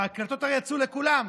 ההקלטות הרי יצאו לכולם,